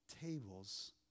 tables